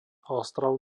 ostrov